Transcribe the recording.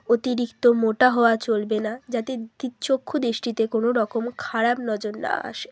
অতিরিক্ত মোটা হওয়া চলবে না যাতে দি চক্ষু দৃষ্টিতে কোনোরকম খারাপ নজর না আসে